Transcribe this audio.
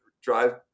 drive